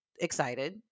excited